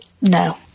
No